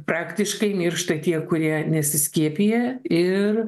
praktiškai miršta tie kurie nesiskiepija ir